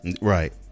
Right